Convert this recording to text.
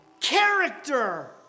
character